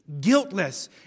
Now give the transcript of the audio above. guiltless